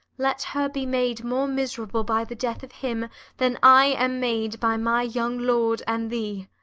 let her be made more miserable by the death of him than i am made by my young lord and thee